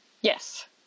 Yes